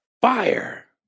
fire